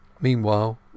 Meanwhile